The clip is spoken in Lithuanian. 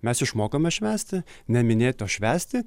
mes išmokome švęsti ne minėti o švęsti